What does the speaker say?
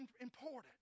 important